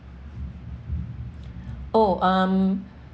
oh um